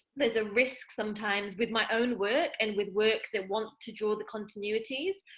there's a risk sometimes, with my own work, and with work that wants to draw the continuities,